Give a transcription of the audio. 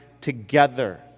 together